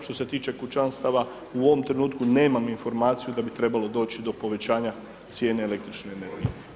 Što se tiče kućanstava, u ovom trenutku nemam informaciju da bi trebalo doći do povećanja cijene električne energije.